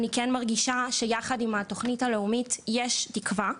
אני כן מרגישה שיחד עם התוכנית הלאומית יש תקווה,